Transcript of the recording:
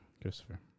Christopher